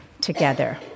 together